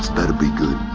better be good.